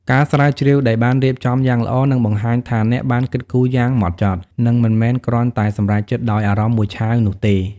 ការស្រាវជ្រាវដែលបានរៀបចំយ៉ាងល្អ នឹងបង្ហាញថាអ្នកបានគិតគូរយ៉ាងម៉ត់ចត់ និងមិនមែនគ្រាន់តែសម្រេចចិត្តដោយអារម្មណ៍មួយឆាវនោះទេ។